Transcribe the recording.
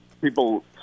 people –